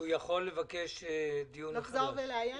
שהוא יכול לבקש דיון מחדש.